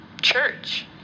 Church